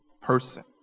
person